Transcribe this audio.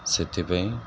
ସେଥିପାଇଁ